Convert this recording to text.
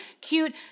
cute